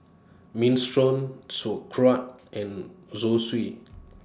Minestrone Sauerkraut and Zosui